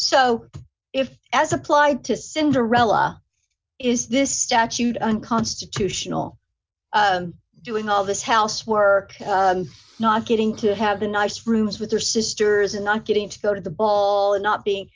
so if as applied to cinderella is this statute unconstitutional doing all this housework not getting to have a nice rooms with their sisters and not getting to go to the ball not being